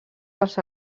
dels